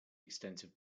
extensive